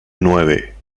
nueve